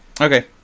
Okay